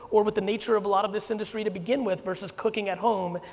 or what the nature of a lot of this industry to begin with versus clicking at home,